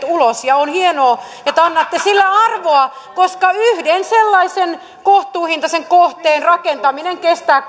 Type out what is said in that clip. ulos ja on hienoa että te annatte sille arvoa koska yhden sellaisen kohtuuhintaisen kohteen rakentaminen kestää